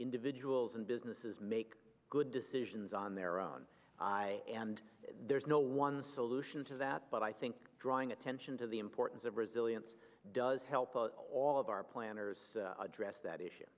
individuals and businesses make good decisions on their own and there's no one solution to that but i think drawing attention to the importance of resilience does help all of our planners address that issue